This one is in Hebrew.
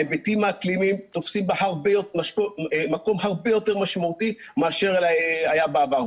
ההיבטים האקלימיים תופסים בה מקום הרבה יותר משמעותי מאשר היה בעבר.